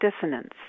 dissonance